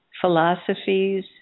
philosophies